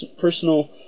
personal